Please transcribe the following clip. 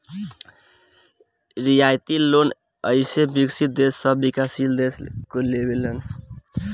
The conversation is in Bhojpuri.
रियायती लोन अइसे विकसित देश सब विकाशील देश के देवे ले सन